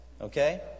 Okay